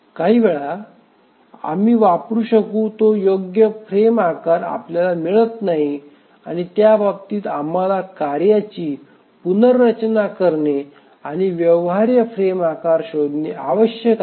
काहीवेळा आम्ही वापरु शकू तो योग्य फ्रेम आकार आपल्याला मिळत नाही आणि त्या बाबतीत आम्हाला कार्यांची पुनर्रचना करणे आणि व्यवहार्य फ्रेम आकार शोधणे आवश्यक आहे